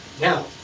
Now